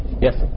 Yes